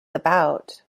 about